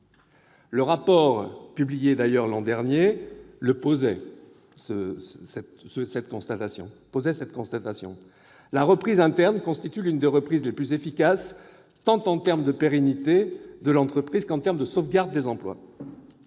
Le rapport d'information publié l'an dernier posait d'ailleurs cette constatation : la reprise interne constitue l'« une des reprises les plus efficaces tant en termes de pérennité de l'entreprise qu'en termes de sauvegarde des emplois